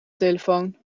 telefoon